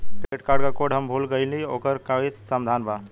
Credit card क code हम भूल गइली ओकर कोई समाधान बा?